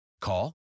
Call